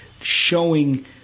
showing